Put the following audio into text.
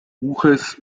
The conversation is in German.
buches